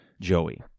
Joey